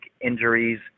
injuries